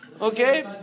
Okay